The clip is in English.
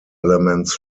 elements